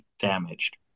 damaged